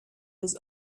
his